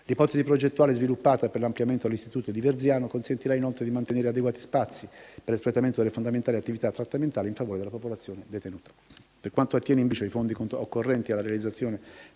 L'ipotesi progettuale sviluppata per l'ampliamento dell'istituto di Verziano consentirà, inoltre, di mantenere adeguati spazi per l'espletamento delle fondamentali attività trattamentali in favore della popolazione detenuta. Per quanto attiene, invece, ai fondi occorrenti alla realizzazione